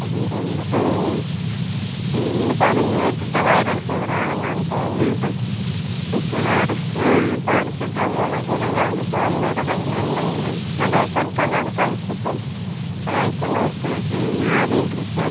ഉണ്ട് ഉണ്ട് ഓ ഓ ഇത് പറഞ്ഞ് കേട്ടിട്ട് വൈറൽ ഫീവർ ആണെന്നാണ് തോന്നുന്നത് കേട്ടോ അപ്പോൾ ആ ആ പാരസിറ്റമോള് ഗുളിക ഇപ്പോൾ അമ്മയുടെ കൈയ്യിൽ ഉണ്ടെങ്കിൽ അത് തൽക്കാലം അത് കഴിച്ചിട്ട് ഒരാഴ്ച നോക്കണം ആവിയും പിടിച്ച്